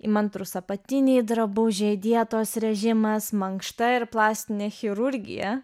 įmantrūs apatiniai drabužiai dietos režimas mankšta ir plastinė chirurgija